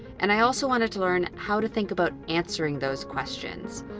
and i also wanted to learn how to think about answering those questions.